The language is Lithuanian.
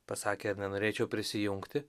pasakė ar nenorėčiau prisijungti